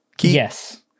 Yes